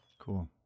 Cool